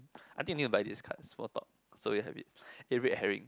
I think we need to buy this card small talk so we'll a bit eh red herring